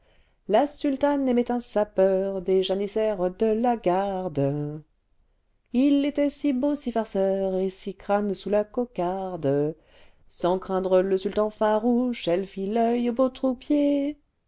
la sultane aimait un sapeur des janissaires de la garde jje vingtième siècle il était si beau si farceur et si crâne sous la cocarde sans craindre le sultan farouche elle